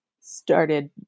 started